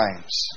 times